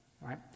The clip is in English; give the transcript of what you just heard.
right